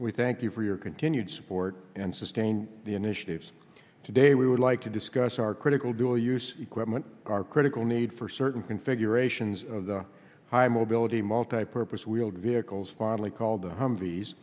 we thank you for your continued support and sustain the initiatives today we would like to discuss are critical dual use equipment are critical need for certain configurations of the high mobility multi purpose wheeled vehicles finally called the humvees